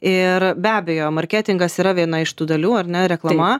ir be abejo marketingas yra viena iš tų dalių ar ne reklama